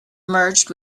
merged